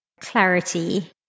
clarity